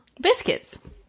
biscuits